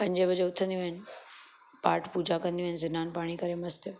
पंजे बजे उथदियूं आहिनि पाठ पूजा कंदियूं आहिनि सनानु पाणी करे मस्तु